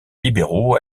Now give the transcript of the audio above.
libéraux